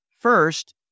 First